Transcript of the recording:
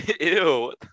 Ew